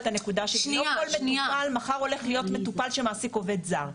לא כל מטופל הולך להיות מחר מטופל שמעסיק עובד זר.